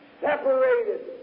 separated